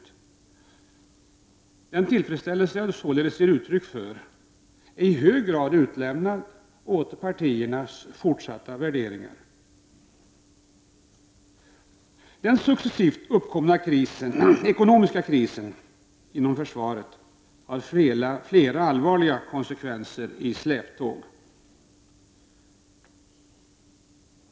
Om den tillfredsställelse som jag nu således ger uttryck för skall bestå är i hög grad avhängigt av de värderingar partierna gör i sitt fortsatta arbete. Den successivt uppkomna ekonomiska krisen inom försvaret har flera allvarliga konsekvenser i släptåg.